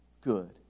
good